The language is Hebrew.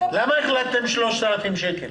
למה החלטתם על 3,000 שקל?